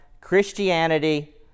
Christianity